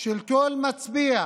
של כל מצביע,